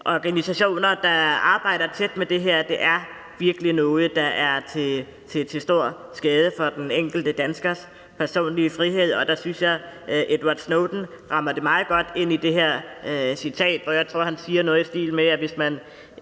organisationer, der arbejder tæt med det her. Det er virkelig noget, der er til stor skade for den enkelte danskers personlige frihed. Jeg synes, Edward Snowden rammer det meget godt ind i det her citat, hvor jeg tror han siger noget i stil med, at hvis man